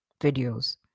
videos